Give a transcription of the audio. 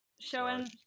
showing